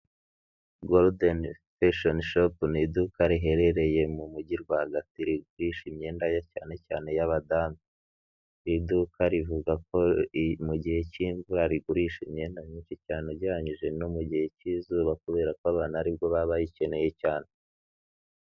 Gorudeni pishoni shopu ni iduka riherereye mu mujyi rwagati rigurisha imyenda ye cyane cyane iy'abadamu. Iduka rivuga ko mu gihe cy'imvura rigurisha imyenda myinshi cyane ugereranyije no mu gihe cy'izuba kubera ko abana aribwo baba bayikeneye cyane.